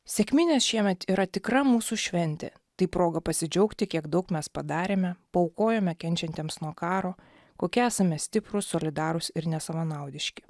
sekminės šiemet yra tikra mūsų šventė tai proga pasidžiaugti kiek daug mes padarėme paaukojome kenčiantiems nuo karo kokie esame stiprūs solidarūs ir nesavanaudiški